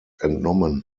entnommen